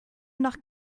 nach